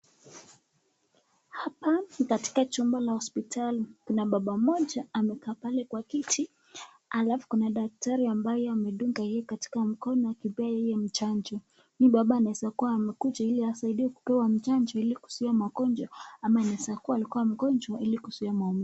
Hapa ni katika jumba la hospitali. Kuna baba mmoja amekaa pale kwa kiti alafu kuna daktari ambaye amedunga yeye katika mkono, kupea yeye mchanjo. Huyu baba anaeza kuwa amekuja ili asaidiwe kupewa mchanjo ili kuzuia magonjwa ama anaeza kuwa alikuwa mgonjwa ili kuzuia maumivu.